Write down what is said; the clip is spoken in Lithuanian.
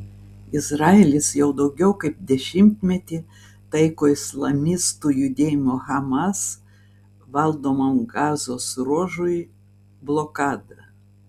izraelis jau daugiau kaip dešimtmetį taiko islamistų judėjimo hamas valdomam gazos ruožui blokadą